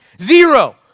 zero